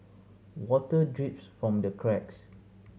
water drips from the cracks